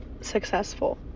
successful